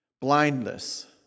Blindness